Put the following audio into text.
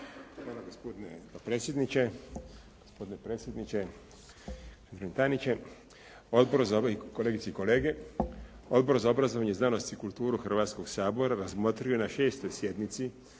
Hvala gospodine predsjedniče. Državni tajniče, kolegice i kolege. Odbor za obrazovanje, znanost i kulturu Hrvatskoga sabora razmotrio je na 6. sjednici